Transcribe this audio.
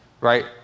right